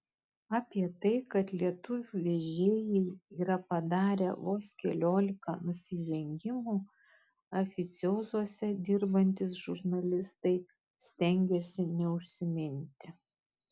apie tai kad lietuvių vežėjai yra padarę vos keliolika nusižengimų oficiozuose dirbantys žurnalistai stengiasi neužsiminti